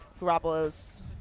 Garoppolo's